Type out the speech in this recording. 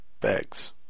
bags